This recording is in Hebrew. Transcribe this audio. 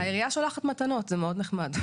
העירייה שולחת מתנות, זה מאוד נחמד.